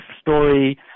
story